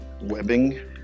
webbing